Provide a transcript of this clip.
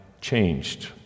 changed